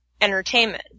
entertainment